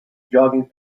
jogging